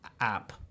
app